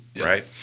right